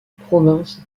province